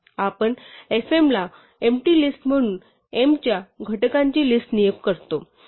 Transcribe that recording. आपण fm ला empty list म्हणून m च्या घटकांची लिस्ट नियुक्त करतो